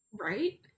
Right